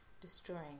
destroying